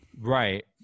Right